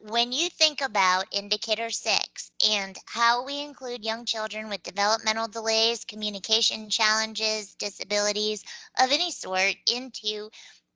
but when you think about indicator six and how we include young children with developmental delays, communication challenges, disabilities of any sort into